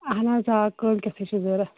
اَہَن حظ آ کٲلۍ کٮ۪تھٕے چھِ ضروٗرت